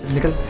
pickle.